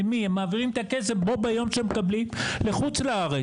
ברגע שהם מקבלים את הכסף הם מעבירים אותו באותו יום לחוץ לארץ,